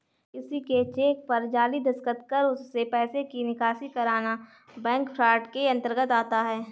किसी के चेक पर जाली दस्तखत कर उससे पैसे की निकासी करना बैंक फ्रॉड के अंतर्गत आता है